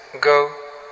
Go